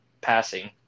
passing